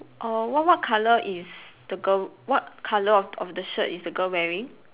err what what colour is the girl what colour of of the shirt is the girl wearing